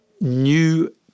new